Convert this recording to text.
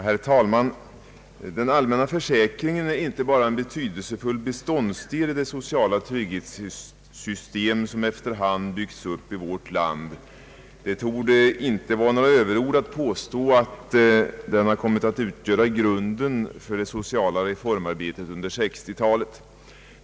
Herr talman! Den allmänna försäkringen är inte bara en betydelsefull beståndsdel i det allmänna trygghetssystem som efter hand byggts upp i vårt land. Det torde inte vara några överord att påstå att den kommit att utgöra grunden för det sociala reformarbetet under 1960-talet.